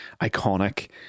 iconic